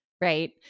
Right